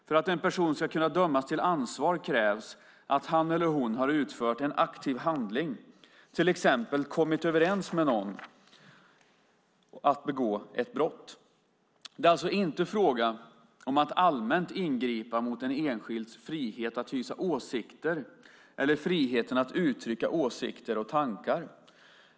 För att en person ska kunna dömas till ansvar krävs att han eller hon har utfört en aktiv handling, till exempel kommit överens med någon om att begå ett brott. Det är alltså inte fråga om att allmänt ingripa mot en enskilds frihet att hysa åsikter eller friheten att uttrycka åsikter och tankar.